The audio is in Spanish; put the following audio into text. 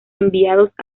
enviados